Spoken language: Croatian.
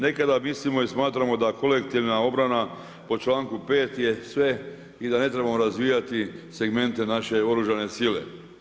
Nekada mislimo i smatramo da kolektivna obrana po članku 5. je sve i da ne trebamo razvijati segmente naše oružane sile.